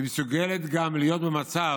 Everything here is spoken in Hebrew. היא מסוגלת גם להיות במצב